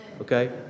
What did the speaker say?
Okay